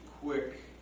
quick